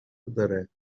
داره